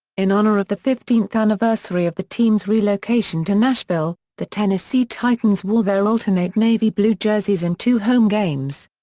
in honor of the fifteenth anniversary of the team's relocation to nashville, the tennessee titans wore their alternate navy blue jerseys in two home games.